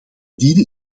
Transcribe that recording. dienen